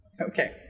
okay